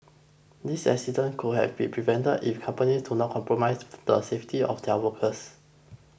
these accidents could have been prevented if companies do not compromise the safety of their workers